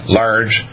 large